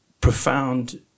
profound